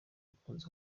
akunze